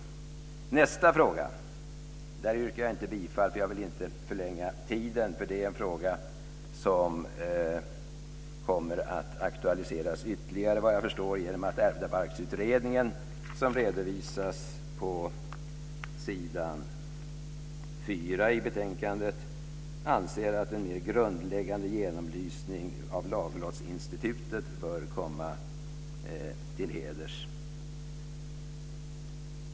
I nästa fråga yrkar jag inte bifall, för jag vill spara tid. Det är en fråga som kommer att aktualiseras ytterligare, såvitt jag förstår, genom att Ärvdabalksutredningen anser att en mer grundläggande genomlysning av laglottsinstitutet bör komma till stånd, vilket redovisas på s. 4 i betänkandet.